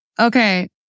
Okay